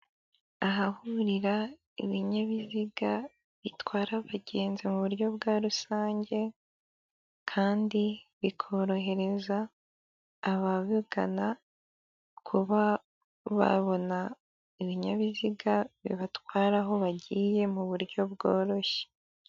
Ahahurira ibinyabiziga bitwara abagenzi mu buryo bwa rusange, kandi bikorohereza ababigana kuba babona ibinyabiziga bibatwarara aho bagiye mu buryo bworoshye.